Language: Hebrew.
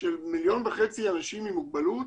של 1.5 מיליון אנשים עם מוגבלות